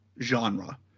genre